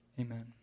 Amen